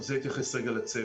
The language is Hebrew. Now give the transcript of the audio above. אני רוצה להתייחס רגע לצוות.